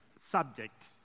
subject